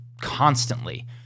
constantly